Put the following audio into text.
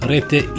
Rete